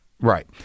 Right